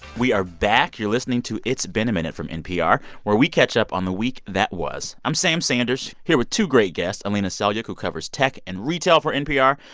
we are back. you're listening to it's been a minute from npr, where we catch up on the week that was. was. i'm sam sanders, here with two great guests alina selyukh, who covers tech and retail for npr,